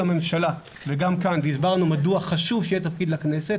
הממשלה וגם כאן והסברנו מדוע חשוב שיהיה תפקיד לכנסת,